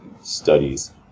studies